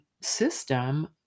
system